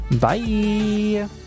bye